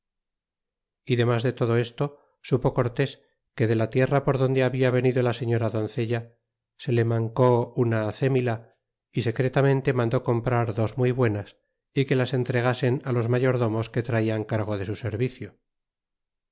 y demas de todo esto supo cortés que de la tierra por donde habia venido la señora doncella se le mancó una acemila y secretamente mandó comprar dos muy buenas y que las entregasen á los mayordomos que traían cargo de su servicio